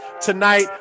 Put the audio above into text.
tonight